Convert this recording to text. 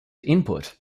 input